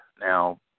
Now